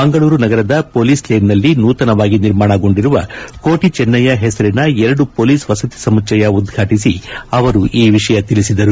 ಮಂಗಳೂರು ನಗರದ ಪೊಲೀಸ್ಲೇನ್ನಲ್ಲಿ ನೂತನವಾಗಿ ನಿರ್ಮಾಣಗೊಂಡಿರುವ ಕೋಟಿ ಚೆನ್ನಯ ಹೆಸರಿನ ಎರಡು ಪೊಲೀಸ್ ವಸತಿ ಸಮುಚ್ಛಯ ಉದ್ಘಾಟಿಸಿ ಅವರು ಈ ವಿಷಯ ತಿಳಿಸಿದರು